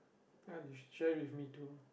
you want to share with me too